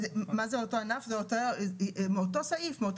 זאת אומרת מאותו סעיף,